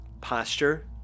posture